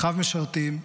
אחיו משרתים,